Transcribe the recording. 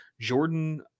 Jordan